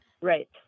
Right